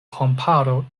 komparo